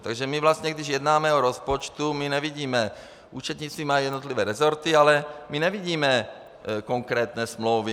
Takže vlastně když jednáme o rozpočtu, my nevidíme účetnictví má jednotlivé resorty, ale my nevidíme konkrétní smlouvy.